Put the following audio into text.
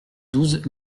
douze